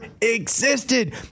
existed